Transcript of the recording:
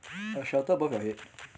a shelter above your head